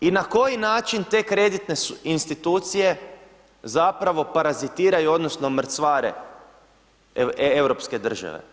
I na koji način te kreditne institucije zapravo parazitiraju odnosno mrcvare europske države?